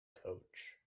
coach